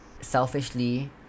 selfishly